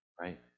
Right